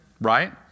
right